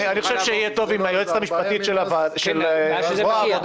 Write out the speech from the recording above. יהיה טוב עם היועצת המשפטית של זרוע העבודה